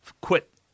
quit